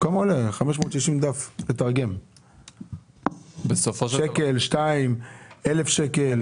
אני לא יודע לעשות חשבון.